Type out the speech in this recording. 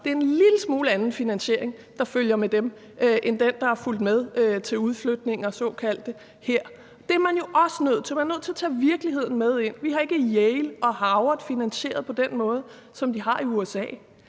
det er en lidt anden finansiering, der følger med dem, end den, der er fulgt med til de såkaldte udflytninger her. Man er nødt til at tage virkeligheden med ind. Vi har ikke finansiering på den måde, som man har i USA